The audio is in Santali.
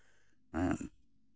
ᱦᱮᱸ